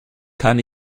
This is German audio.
kann